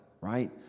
right